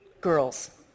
girls